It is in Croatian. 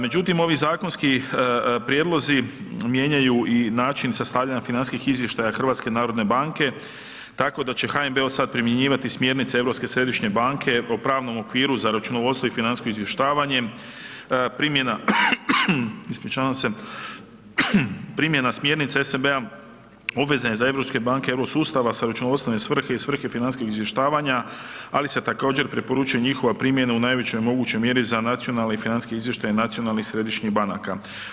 Međutim, ovi zakonski prijedlozi mijenjaju i način sastavljanja financijskih izvještaja HNB-a tako da će HNB od sad primjenjivati smjernice Europske središnje banke o pravnom okviru za računovodstvo i financijsko izvještavanje, primjena, primjena smjernica ESB-a obvezna je za europske banke Eurosustava za računovodstvene svrhe i svrhe financijskog izvještavanja, ali se također preporučuje njihova primjena u najvećoj mogućoj mjeri za nacionalne i financijske izvještaje Nacionalnih središnjih banaka.